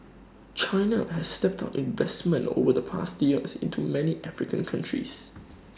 China has stepped up investment over the past years into many African countries